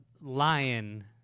lion